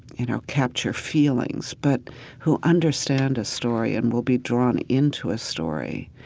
you know, capture feelings. but who understand a story and will be drawn into a story.